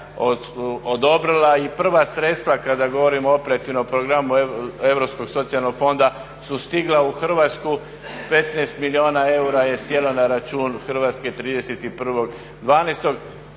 odobrila i prva sredstva kada govorimo o operativnom programu Europskog socijalnog fonda su stigla u Hrvatsku, 15 milijuna eura je sjelo na račun Hrvatske 31.12.,